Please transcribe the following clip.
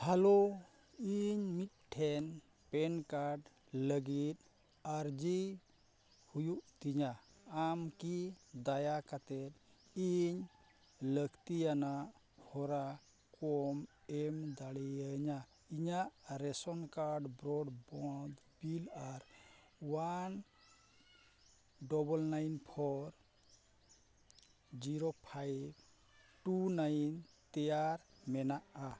hello ᱤᱧ ᱢᱤᱫᱴᱮᱱ PAN card ᱞᱟᱹᱜᱤᱫ ᱟᱹᱨᱡᱤ ᱦᱩᱭᱩᱜ ᱛᱤᱧᱟ ᱟᱢ ᱠᱤ ᱫᱟᱭᱟ ᱠᱟᱛᱮᱫ ᱤᱧ ᱞᱟᱹᱠᱛᱤᱭᱟᱱᱟᱜ ᱦᱚᱨᱟ ᱠᱚᱢ ᱮᱢ ᱫᱟᱲᱮᱭᱟᱹᱧᱟ ᱤᱧᱟᱹᱜ ᱨᱮᱥᱚᱱ ᱠᱟᱨᱰ ᱵᱨᱚᱰᱵᱚᱱᱰ ᱯᱤᱞ ᱟᱨ one double nine four zero five two nine ᱛᱮᱭᱟᱨ ᱢᱮᱱᱟᱜᱼᱟ